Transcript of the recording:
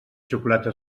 xocolate